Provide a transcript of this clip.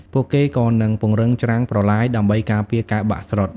ពួកគេក៏នឹងពង្រឹងច្រាំងប្រឡាយដើម្បីការពារការបាក់ស្រុត។